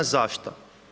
Zašto?